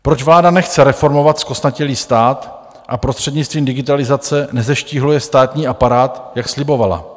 Proč vláda nechce reformovat zkostnatělý stát a prostřednictvím digitalizace nezeštíhluje státní aparát, jak slibovala?